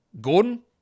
Gordon